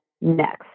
next